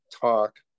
talk